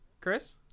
chris